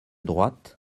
droite